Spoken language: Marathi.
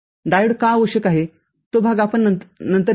डायोड का आवश्यक आहे तो भाग आपण नंतर येईल